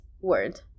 word